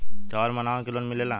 त्योहार मनावे के लोन मिलेला का?